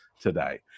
today